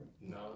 No